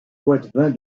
poitevin